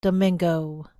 domingo